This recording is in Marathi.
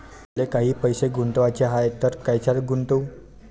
मले काही पैसे गुंतवाचे हाय तर कायच्यात गुंतवू?